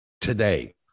today